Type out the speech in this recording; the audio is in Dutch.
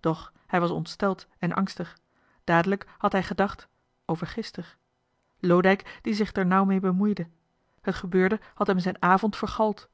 doch hij was ontsteld en angstig dadelijk had hij gedacht over gister loodijck die zich d'er nou mee bemoeide het gebeurde had hem zijn avond vergald